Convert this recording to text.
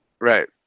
Right